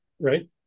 right